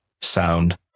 sound